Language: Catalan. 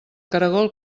caragol